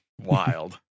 wild